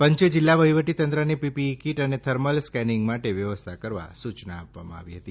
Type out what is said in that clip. પંચે જીલ્લા વહીવટીતંત્રને પીપીઇ કીટ અને થર્મલ સ્કેનીંગ માટે વ્યવસ્થા કરવા સુચના આપી છે